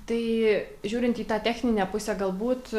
tai žiūrint į tą techninę pusę galbūt